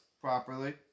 properly